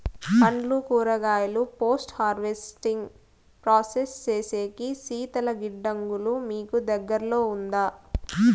పండ్లు కూరగాయలు post harvesting process సేసేకి శీతల గిడ్డంగులు మీకు దగ్గర్లో ఉందా?